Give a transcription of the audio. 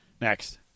Next